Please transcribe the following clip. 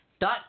dot